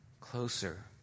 closer